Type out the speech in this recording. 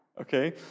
okay